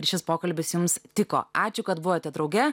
ir šis pokalbis jums tiko ačiū kad buvote drauge